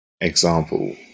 example